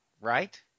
right